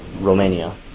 Romania